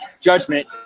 judgment